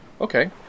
Okay